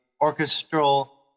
orchestral